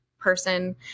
person